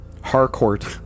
Harcourt